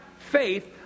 faith